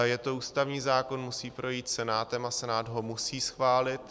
Je to ústavní zákon, musí projít Senátem a Senát ho musí schválit.